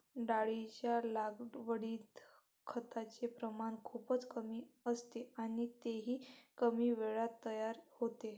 डाळींच्या लागवडीत खताचे प्रमाण खूपच कमी असते आणि तेही कमी वेळात तयार होते